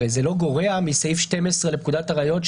הרי זה לא גורע מסעיף 12 לפקודת הראיות,